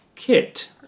kit